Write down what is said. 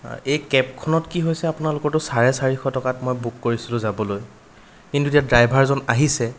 এই কেবখনত কি হৈছে আুপোনালোকৰতো চাৰে চাৰিশ টকাত মই বুক কৰিছিলোঁ যাবলৈ কিন্তু এতিয়া ড্ৰাইভাৰজন আহিছে